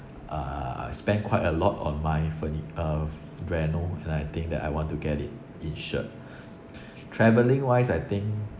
uh I spend quite a lot on my furni~ uh reno~ and I think I want to get it insured travelling wise I think